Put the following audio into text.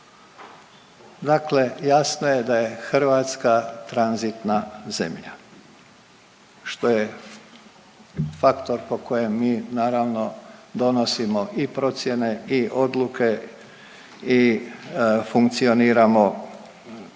Dakle, jasno je da je Hrvatska tranzitna zemlja što je faktor po kojem mi naravno donosimo i procjene i odluke i funkcioniramo